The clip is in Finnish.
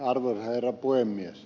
arvoisa herra puhemies